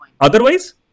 Otherwise